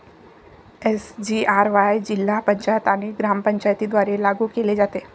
SGRY जिल्हा पंचायत आणि ग्रामपंचायतींद्वारे लागू केले जाते